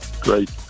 Great